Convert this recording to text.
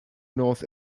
north